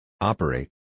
Operate